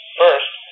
first